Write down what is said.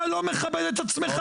אתה לא מכבד את עצמך.